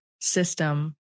system